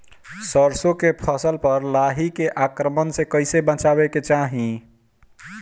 सरसो के फसल पर लाही के आक्रमण से कईसे बचावे के चाही?